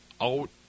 out